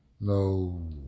no